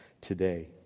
today